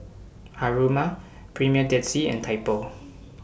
Haruma Premier Dead Sea and Typo